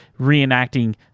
reenacting